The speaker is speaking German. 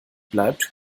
bleibt